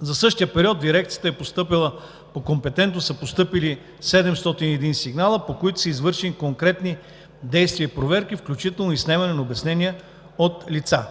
За същия период в дирекцията са постъпили по компетентност 701 сигнала, по които са извършени конкретни действия и проверки, включително и снемане на обяснения от лица.